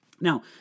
Now